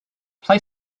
play